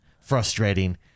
frustrating